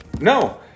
no